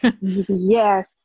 Yes